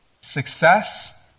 Success